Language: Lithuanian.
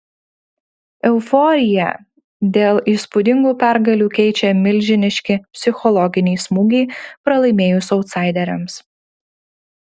euforiją dėl įspūdingų pergalių keičia milžiniški psichologiniai smūgiai pralaimėjus autsaideriams